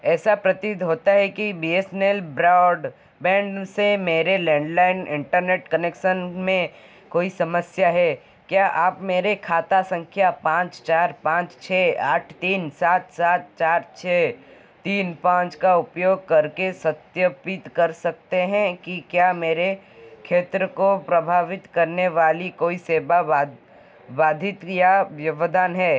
ऐसा प्रतीत होता है कि B S N L broadband से मेरे लैंडलाइन इंटरनेट कनेक्सन में कोई समस्या है क्या आप मेरे खाता संख्या पाँच चार पाँच छः आठ तीन सात सात चार छः तीन पाँच का उपयोग करके सत्यापित कर सकते हैं कि क्या मेरे क्षेत्र को प्रभावित करने वाली कोई सेवा वा बधित या व्यवधान है